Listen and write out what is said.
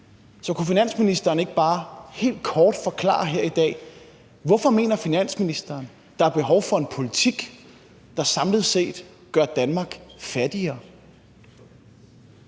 Så kunne finansministeren ikke bare helt kort forklare her i dag, hvorfor finansministeren mener, der er behov for en politik, der samlet set gør Danmark fattigere.